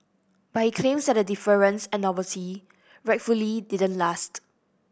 but he claims that the deference and novelty rightfully didn't last